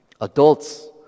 Adults